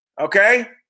Okay